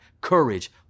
courage